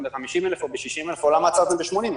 ב-50,000 או ב-60,000 או למה עצרתם ב-80,000.